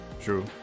True